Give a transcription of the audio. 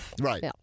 Right